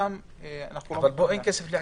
פה אין כסף לעקל.